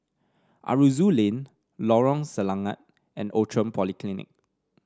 Aroozoo Lane Lorong Selangat and Outram Polyclinic